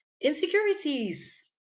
insecurities